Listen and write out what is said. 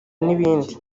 n’ibindi